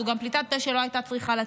זו גם פליטת פה שלא הייתה צריכה לצאת,